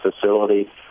facility